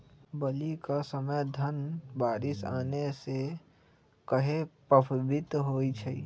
बली क समय धन बारिस आने से कहे पभवित होई छई?